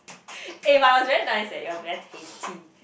eh but it was very nice eh it was very tasty